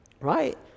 Right